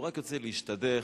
הכול ביחד.